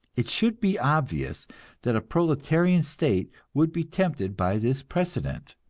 it should be obvious that a proletarian state would be tempted by this precedent.